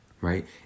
right